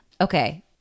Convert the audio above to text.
Okay